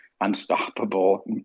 unstoppable